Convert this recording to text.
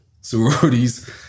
sororities